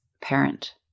parent